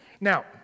Now